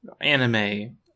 anime